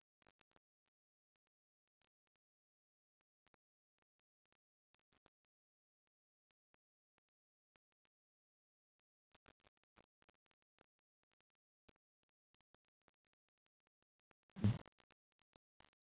mmhmm